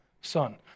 Son